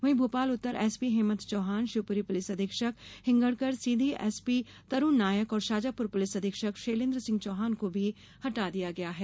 वहीं भोपाल उत्तर एसपी हेमन्त चौहान शिवपुरी पुलिस अधीक्षक हिंगणकर सीधी एसपी तरूण नायक और शाजापुर पुलिस अधीक्षक शैलेन्द्र सिंह चौहान को भी हटा दिया गया है